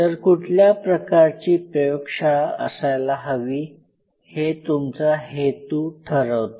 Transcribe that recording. तर कुठल्या प्रकारची प्रयोगशाळा असायला हवी हे तुमचा हेतू ठरवतो